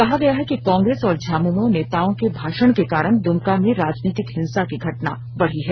कहा गया है कि कांग्रेस और झामुमो नेताओं के भाषण के कारण दुमका में राजनीतिक हिंसा की घटना बढ़ी है